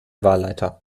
wahlleiter